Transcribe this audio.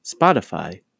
Spotify